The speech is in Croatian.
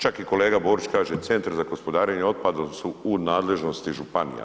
Čak i kolega Borić kaže, centar za gospodarenje otpadom su u nadležnosti županija.